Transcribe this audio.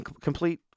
Complete